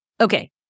Okay